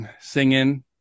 singing